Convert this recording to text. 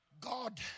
God